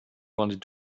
wanted